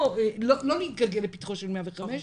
לא להתגלגל לפתחו של 105,